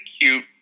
cute